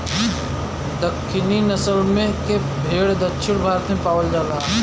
दक्कनी नसल के भेड़ दक्षिण भारत में पावल जाला